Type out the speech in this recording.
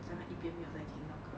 这样她一边没有在听到歌